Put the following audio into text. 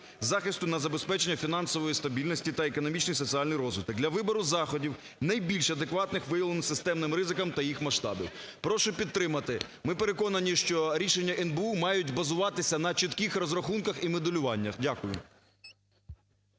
захисту на забезпечення фінансової стабільності та економічний і соціальний розвиток для вибору заходів найбільш адекватних виявлених системних ризиків та їх масштабів. Прошу підтримати. Ми переконані, що рішення НБУ мають базуватися на чітких розрахунках і моделюваннях. Дякую.